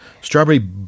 Strawberry